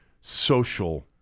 social